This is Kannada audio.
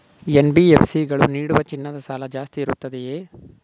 ಎನ್.ಬಿ.ಎಫ್.ಸಿ ಗಳು ನೀಡುವ ಚಿನ್ನದ ಸಾಲ ಜಾಸ್ತಿ ಇರುತ್ತದೆಯೇ?